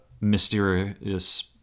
mysterious